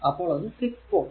അപ്പോൾ അത് 6 വോൾട്